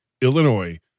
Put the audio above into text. Illinois